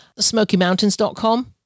smokymountains.com